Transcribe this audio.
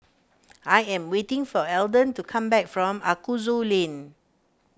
I am waiting for Elden to come back from Aroozoo Lane